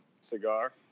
cigar